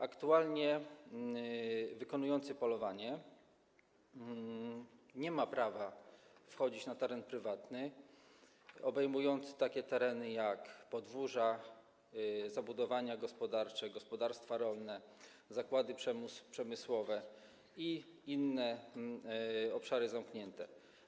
Aktualnie wykonujący polowanie nie ma prawa wchodzić na teren prywatny obejmujący takie miejsca, jak: podwórza, zabudowania gospodarcze, gospodarstwa rolne, zakłady przemysłowe i inne obszary zamknięte.